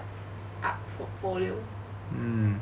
up portfolio